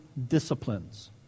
disciplines